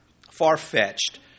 far-fetched